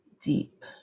deep